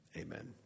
amen